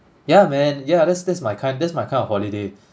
yeah man yeah that's that's my kind that's my kind of holiday